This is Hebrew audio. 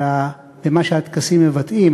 אלא במה שהטקסים מבטאים,